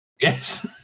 yes